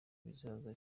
bizaza